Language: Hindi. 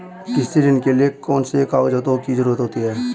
कृषि ऋण के लिऐ कौन से कागजातों की जरूरत होती है?